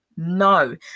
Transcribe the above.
No